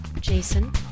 Jason